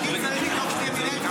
אני צריך לדאוג שתהיה מינהלת,